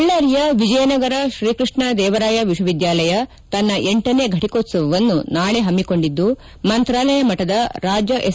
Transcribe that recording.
ಬಳ್ಳಾರಿಯ ವಿಜಯನಗರ ಶ್ರೀಕೃಷ್ಣ ದೇವರಾಯ ವಿಶ್ವವಿದ್ಯಾಲಯ ತನ್ನ ಹಿನೇ ಘಟಿಕೋತ್ಸವವನ್ನು ನಾಳೆ ಪಮ್ಮಿಕೊಂಡಿದ್ದು ಮಂತಾಲಯ ಮಠದ ರಾಜ ಎಸ್